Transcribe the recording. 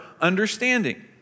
understanding